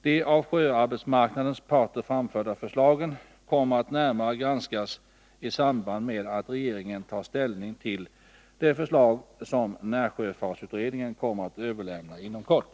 De av sjöarbetsmarknadens parter framförda förslagen kommer att närmare granskas i samband med att regeringen tar ställning till det förslag som närsjöfartsutredningen kommer att överlämna inom kort.